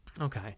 Okay